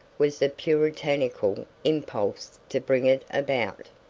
was the puritanical impulse to bring it about.